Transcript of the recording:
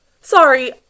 Sorry